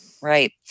Right